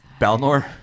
Balnor